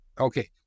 Okay